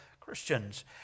Christians